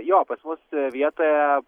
jo pas mus vietoje